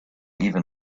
even